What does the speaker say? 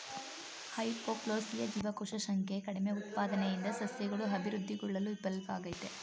hypoplasia ಜೀವಕೋಶ ಸಂಖ್ಯೆ ಕಡಿಮೆಉತ್ಪಾದನೆಯಿಂದ ಸಸ್ಯಗಳು ಅಭಿವೃದ್ಧಿಗೊಳ್ಳಲು ವಿಫಲ್ವಾಗ್ತದೆ